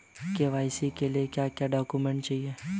KYC के लिए क्या क्या डॉक्यूमेंट चाहिए?